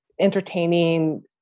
entertaining